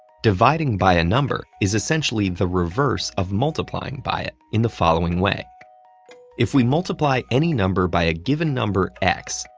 dividing by a number is essentially the reverse of multiplying by it, in the following way if we multiply any number by a given number x,